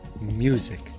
music